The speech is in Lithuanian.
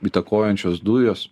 įtakojančios dujos